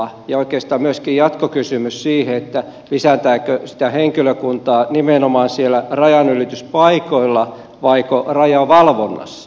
ja oikeastaan myöskin jatkokysymys siihen että lisätäänkö sitä henkilökuntaa nimenomaan siellä rajanylityspaikoilla vaiko rajavalvonnassa myös